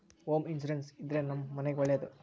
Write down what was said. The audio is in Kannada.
ಹೋಮ್ ಇನ್ಸೂರೆನ್ಸ್ ಇದ್ರೆ ನಮ್ ಮನೆಗ್ ಒಳ್ಳೇದು